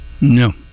No